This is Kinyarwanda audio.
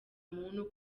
muntu